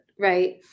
right